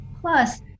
Plus